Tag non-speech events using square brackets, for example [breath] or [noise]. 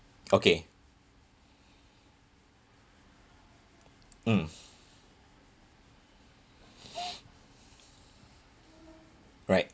okay mm [breath] right